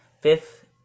fifth